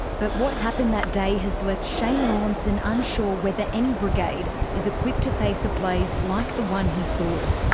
but what happened that day has left shane rawlinson unsure if ah any brigade is equipped to face a blaze like the one he saw.